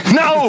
no